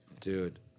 dude